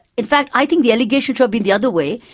in fact, i think the allegation should've been the other way,